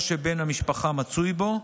או שבן המשפחה מצוי בו,